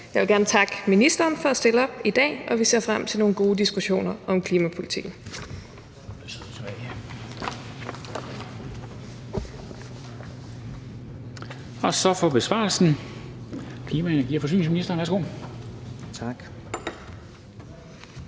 Jeg vil gerne takke ministeren for at stille op i dag, og vi ser frem til nogle gode diskussioner om klimapolitikken. Kl. 15:40 Formanden (Henrik Dam Kristensen): Så